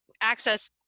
access